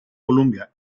columbia